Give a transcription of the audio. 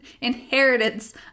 Inheritance